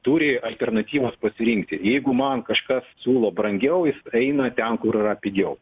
turi alternatyvos pasirinkti jeigu man kažkas siūlo brangiau jis eina ten kur yra pigiau